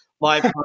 live